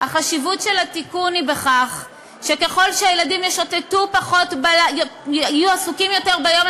החשיבות של התיקון היא בכך שככל שהילדים יהיו עסוקים יותר ביום,